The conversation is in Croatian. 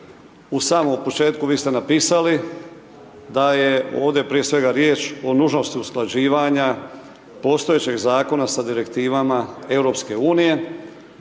u samom početku vi ste napisali da je ovdje prije svega riječ o nužnosti usklađivanja postojećeg zakona sa direktivama EU. A ono